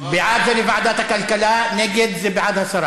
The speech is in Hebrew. בעד, זה לוועדת הכלכלה, ונגד, זה בעד הסרה